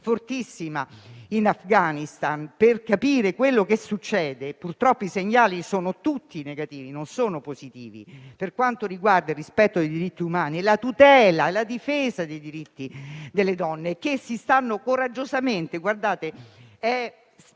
fortissima in Afghanistan, per capire cosa succede. Purtroppo i segnali sono tutti negativi, non sono positivi per quanto riguarda il rispetto dei diritti umani, la tutela e la difesa dei diritti delle donne, che si stanno opponendo coraggiosamente. Ricordiamo